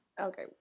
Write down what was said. Okay